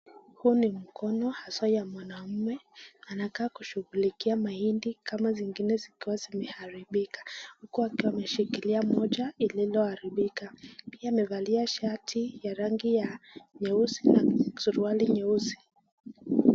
Huu ni mkono haswa ya mwanaume anakaa kushughulikia mahindi kama zingine zikiwa zimiharibika, akiwa ameshikilia moja, ikiwa imeharibika. Pia amevalia shati ya rangi ya nyeusi na suruali nyeusi.